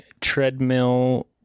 treadmill